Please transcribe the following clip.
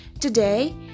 Today